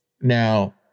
Now